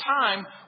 time